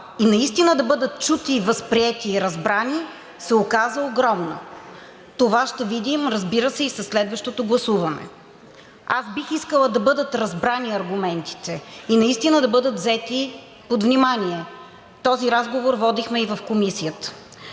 и наистина да бъдат чути и възприети, и разбрани, се оказа огромна. Това ще видим, разбира се, и със следващото гласуване. Бих искала да бъдат разбрани аргументите, наистина да бъдат взети под внимание. Този разговор водихме и в Комисията.